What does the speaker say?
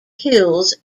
hills